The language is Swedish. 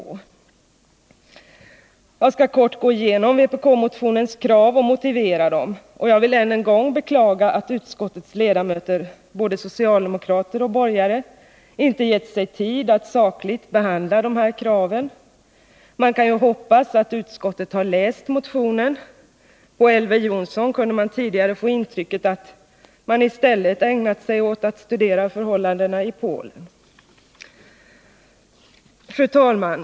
26 november 1980 Jag skall kort gå igenom vpk-motionens krav och motivera dessa. Jag vill än en gång beklaga att utskottets ledamöter — både socialdemokrater och borgare — inte gett sig tid att sakligt behandla dessa krav. Man får hoppas att utskottets ledamöter har läst motionen. Av Elver Jonssons inlägg kunde man få intrycket att de i stället ägnat sig åt att studera förhållandena i Polen. Fru talman!